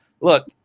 Look